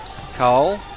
Cole